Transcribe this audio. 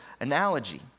analogy